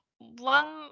One